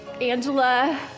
Angela